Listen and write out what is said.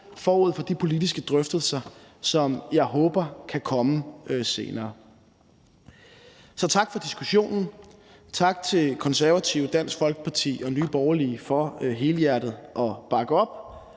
forud for de politiske drøftelser, som jeg håber kan komme senere. Så tak for diskussionen. Tak til Konservative, Dansk Folkeparti og Nye Borgerlige for helhjertet at bakke op,